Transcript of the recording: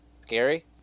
Scary